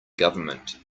government